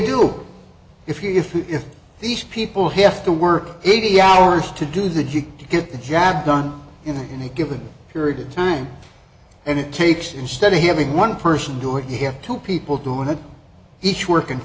do if you if you if these people have to work eighty hours to do that you get the job done in any given period of time and it takes instead of having one person do it here two people doing it each working